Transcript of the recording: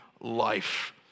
life